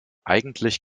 eigentlich